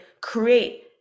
create